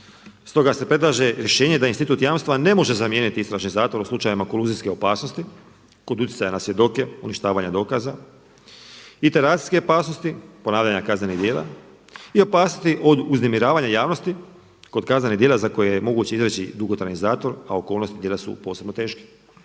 Stoga se predlaže rješenje da institut jamstva ne može zamijeniti istražni zatvor u slučajevima koluzijske opasnosti kod utjecaja na svjedoke, uništavanja dokaza, … opasnosti ponavljanja kaznenih djela i opasnosti od uznemiravanja javnosti kod kaznenih djela za koje je moguće izreći dugotrajni zatvor, a okolnosti djela su posebno teški.